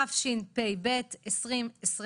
התשפ"ב-2022.